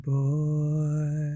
boy